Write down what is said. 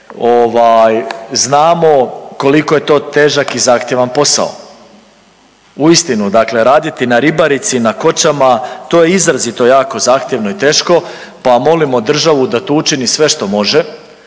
znamo koliko je to težak i zahtjeva posao. Uistinu dakle raditi na ribarici, na kočama to je izrazito jako zahtjevno i teško pa molimo državu da tu učini sve što može